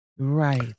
Right